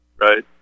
Right